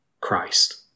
Christ